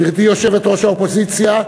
גברתי יושבת-ראש האופוזיציה,